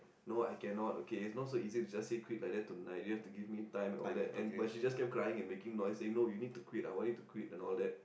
no I cannot okay it's not so easy to just say quit like that tonight you have to give me time and all that but she just kept crying and making noise you need to quit I want you to quit and all that